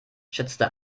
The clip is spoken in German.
schätzte